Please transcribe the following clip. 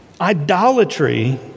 Idolatry